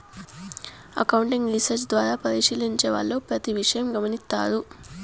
accounting research ద్వారా పరిశీలించే వాళ్ళు ప్రతి విషయం గమనిత్తారు